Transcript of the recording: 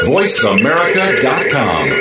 VoiceAmerica.com